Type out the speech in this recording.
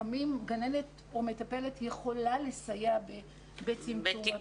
לפעמים גננת או מטפלת יכולה לסייע בתיקון.